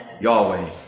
Yahweh